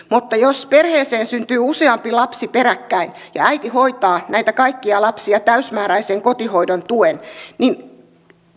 mutta jos perheeseen syntyy useampi lapsi peräkkäin ja äiti hoitaa näitä kaikkia lapsia täysimääräisen kotihoidon tuen niin